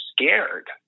scared